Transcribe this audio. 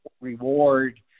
reward